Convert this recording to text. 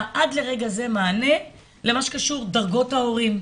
עד לרגע זה מענה למה שקשור בדרגות ההורים.